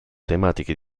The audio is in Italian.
tematiche